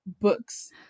books